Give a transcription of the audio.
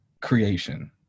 Creation